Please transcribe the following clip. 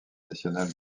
nationale